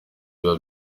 biba